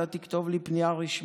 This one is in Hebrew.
אתה תכתוב לי פנייה רשמית,